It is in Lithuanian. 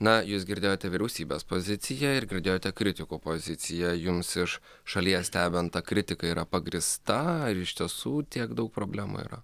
na jūs girdėjote vyriausybės poziciją ir girdėjote kritikų poziciją jums iš šalyje stebint ta kritika yra pagrįsta ar iš tiesų tiek daug problemų yra